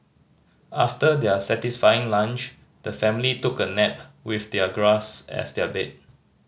after their satisfying lunch the family took a nap with their grass as their bed